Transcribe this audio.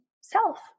self